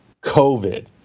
COVID